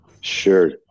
Sure